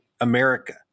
America